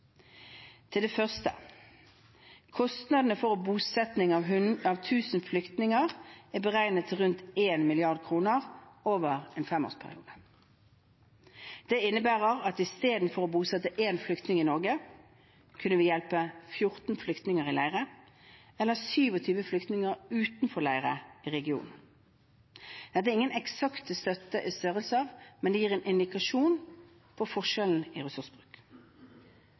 Til det første: Kostnadene for bosetting av 1 000 flyktninger er beregnet til rundt én milliard kroner over en femårsperiode. Det innebærer at i stedet for å bosette én flyktning i Norge, kunne vi hjulpet 14 flyktninger i leirer eller 27 flyktninger utenfor leirer i regionen. Dette er ingen eksakte størrelser, men det gir en indikasjon på forskjellen i ressursbruk.